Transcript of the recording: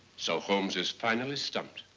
so holmes is finally stumped.